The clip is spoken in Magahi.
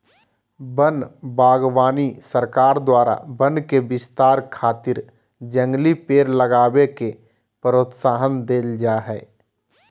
वन बागवानी सरकार द्वारा वन के विस्तार खातिर जंगली पेड़ लगावे के प्रोत्साहन देल जा हई